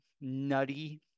nutty